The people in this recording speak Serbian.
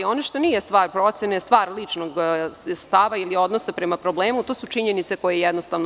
Ono što nije stvar procene jeste stvar ličnog stava ili odnosa prema problemu, to su činjenice koje stoje.